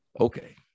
okay